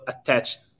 attached